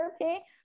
therapy